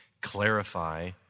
clarify